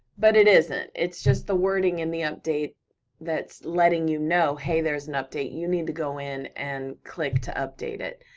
but it isn't, it's just the wording in the update that's letting you know, hey, there's an update, you need to go in and click to update it.